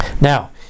now